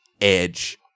edge